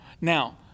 Now